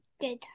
Good